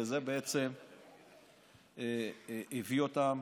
וזה בעצם הביא אותם